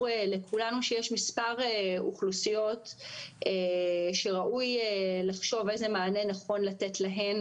לכולנו שיש מספר אוכלוסיות שראוי לחשוב איזה מענה נכון לתת להן